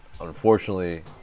unfortunately